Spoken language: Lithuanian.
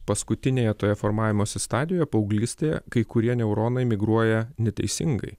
paskutinėje toje formavimosi stadijoje paauglystėje kai kurie neuronai migruoja neteisingai